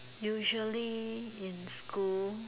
usually in school